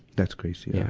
that's gracie, yeah.